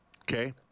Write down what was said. Okay